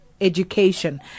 education